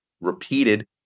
repeated